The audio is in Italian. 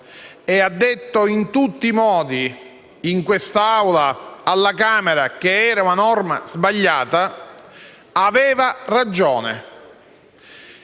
e ha detto in tutti i modi in quest'Assemblea e alla Camera che era una norma sbagliata, aveva ragione.